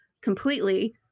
completely